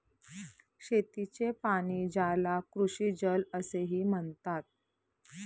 शेतीचे पाणी, ज्याला कृषीजल असेही म्हणतात